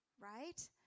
right